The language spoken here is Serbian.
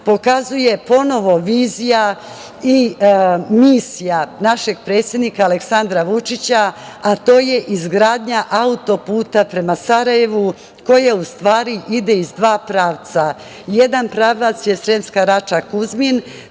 pokazuje ponovo vizija i misija našeg predsednika Aleksandra Vučića, a to je izgradnja autoputa prema Sarajevu koja ustvari ide iz dva pravca. Jedan pravac je Sremska Rača - Kuzmin,